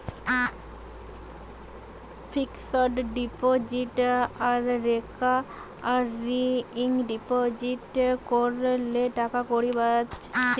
fixed deposit আর recurring deposit কোরলে টাকাকড়ি বাঁচছে